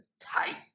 tight